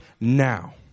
now